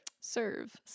serve